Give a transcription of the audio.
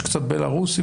יש קצת מבלרוס?